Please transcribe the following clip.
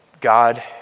God